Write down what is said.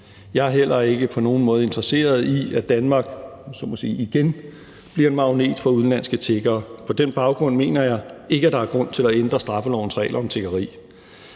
Jeg er heller ikke på nogen måde interesseret i, at Danmark, om jeg så må sige, igen bliver en magnet for udenlandske tiggere. På den baggrund mener jeg ikke, at der er grund til at ændre straffelovens regler om tiggeri.